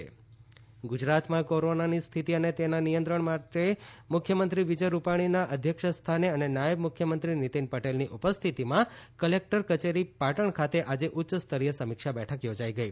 Patan CM બેઠક ગુજરાતમાં કોરોનાની સ્થિતિ અને તેના નિયંત્રણ માટે મુખ્યમંત્રી વિજય રૂપાણીના અધ્યક્ષસ્થાને અને નાયબ મુખ્યમંત્રી નીતિન પટેલની ઉપસ્થિતિમાં કલેક્ટર કચેરી પાટણ ખાતે આજે ઉચ્ચસ્તરીય સમીક્ષા બેઠક યોજાઇ ગઈ